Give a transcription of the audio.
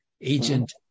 Agent